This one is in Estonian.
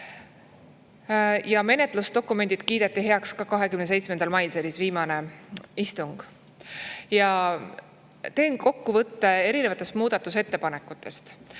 Menetlusdokumendid kiideti heaks 27. mail, see oli siis viimane istung. Teen kokkuvõtte erinevatest muudatusettepanekutest.